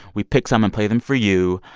we pick some and play them for you.